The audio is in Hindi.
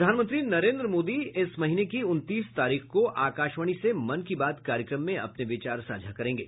प्रधानमंत्री नरेन्द्र मोदी इस महीने की उनतीस तारीख को आकाशवाणी से मन की बात कार्यक्रम में अपने विचार साझा करेंगे